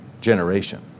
generation